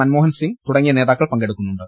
മൻമോഹൻസിംഗ് തുടങ്ങിയ നേതാക്കൾ പങ്കെടുക്കുന്നുണ്ട്